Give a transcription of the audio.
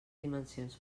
dimensions